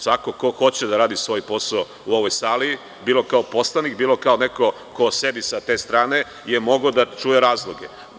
Svako ko hoće da radi svoj posao u ovoj sali bilo kao poslanik, bilo kao neko ko sedi sa te strane je mogao da čuje razloge.